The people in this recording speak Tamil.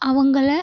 அவங்கள